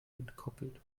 entkoppelt